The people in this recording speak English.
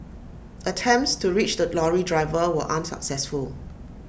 attempts to reach the lorry driver were unsuccessful